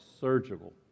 surgical